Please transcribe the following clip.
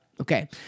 okay